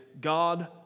God